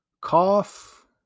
cough